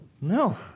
No